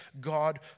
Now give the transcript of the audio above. God